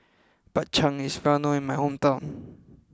Bak Chang is well known in my hometown